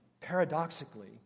paradoxically